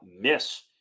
miss